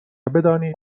بدانید